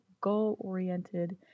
goal-oriented